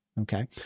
Okay